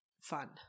...fun